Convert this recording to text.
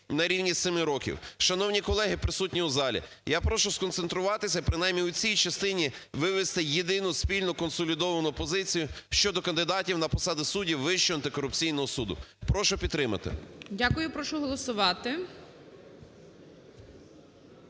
на рівні 7 років. Шановні колеги, присутні в залі! Я прошу сконцентруватися принаймні у цій частині вивести єдину, спільну, консолідовану позицію щодо кандидатів на посади суддів Вищого антикорупційного суду. Прошу підтримати. ГОЛОВУЮЧИЙ. Дякую. Прошу голосувати.